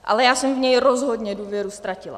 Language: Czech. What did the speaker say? Ale já jsem v něj rozhodně důvěru ztratila.